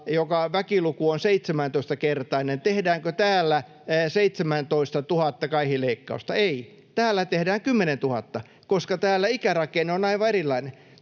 jonka väkiluku on 17-kertainen, 17 000 kaihileikkausta. Ei, täällä tehdään 10 000, koska täällä ikärakenne on aivan erilainen.